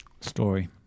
story